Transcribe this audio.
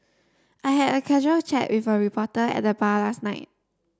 I had a casual chat with a reporter at the bar last night